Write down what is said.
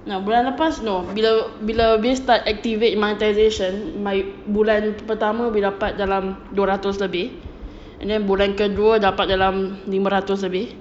bulan lepas no bila bila umi start activate monetization like bulan pertama boleh dapat dalam dua ratus lebih and then bulan kedua dapat dalam lima ratus lebih